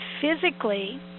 physically